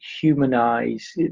humanize